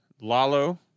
Lalo